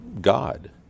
God